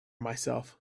myself